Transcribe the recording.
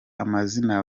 amazina